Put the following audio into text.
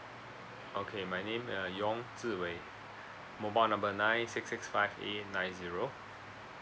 okay my name uh yong zi wei mobile number nine six six five eight eight nine zero